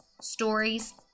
stories